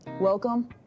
Welcome